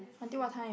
until what time